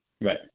Right